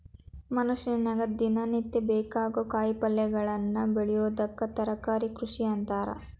ಮನಷ್ಯಾಗ ದಿನನಿತ್ಯ ಬೇಕಾಗೋ ಕಾಯಿಪಲ್ಯಗಳನ್ನ ಬೆಳಿಯೋದಕ್ಕ ತರಕಾರಿ ಕೃಷಿ ಅಂತಾರ